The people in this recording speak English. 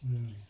mm